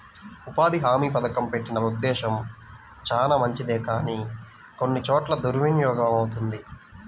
ఉపాధి హామీ పథకం పెట్టిన ఉద్దేశం చానా మంచిదే కానీ కొన్ని చోట్ల దుర్వినియోగమవుతుంది